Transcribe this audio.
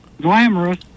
glamorous